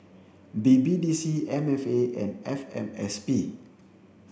B B D C M F A and F M S P